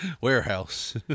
Warehouse